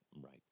right